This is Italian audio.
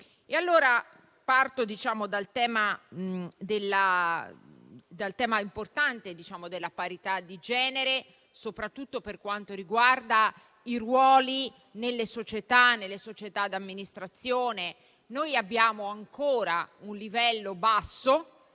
Parto dal tema importante della parità di genere, soprattutto per quanto riguarda i ruoli nelle società di amministrazione. Abbiamo ancora un basso